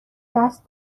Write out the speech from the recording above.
دست